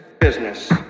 Business